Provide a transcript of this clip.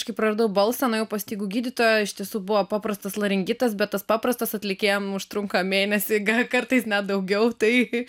kai praradau balsą nuėjau pas stygų gydytoją iš tiesų buvo paprastas laringitas bet tas paprastas atlikėjam užtrunka mėnesį gal kartais net daugiau tai